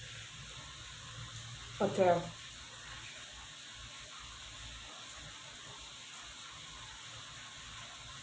hotel